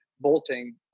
bolting